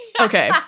Okay